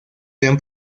gran